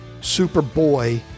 Superboy